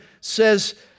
says